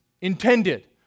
intended